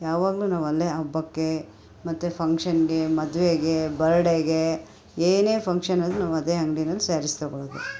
ಯಾವಾಗಲು ನಾವು ಅಲ್ಲೇ ಹಬ್ಬಕ್ಕೆ ಮತ್ತು ಫಂಕ್ಷನ್ಗೆ ಮದುವೆಗೆ ಬರ್ಡೇಗೆ ಏನೇ ಫಂಕ್ಷನ್ನಾದ್ರು ನಾವು ಅದೇ ಅಂಗ್ಡಿಯಲ್ಲಿ ಸ್ಯಾರೀಸ್ ತೊಗೊಳ್ಳೋದು